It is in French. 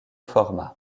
format